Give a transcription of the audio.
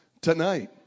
tonight